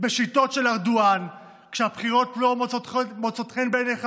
בשיטות של ארדואן: כשהבחירות לא מוצאות חן בעיניך,